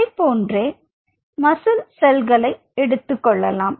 அதைப்போன்றே muscle செல்களை எடுத்துக்கொள்ளலாம்